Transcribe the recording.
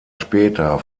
später